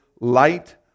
light